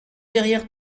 derrière